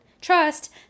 trust